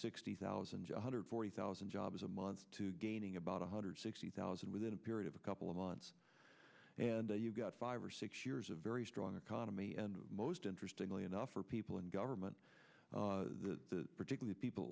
sixty thousand john hundred forty thousand jobs a month to gaining about one hundred sixty thousand within a period of a couple of months and you've got five or six years of very strong economy and most interestingly enough are people in government particularly people